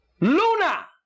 Luna